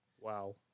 Wow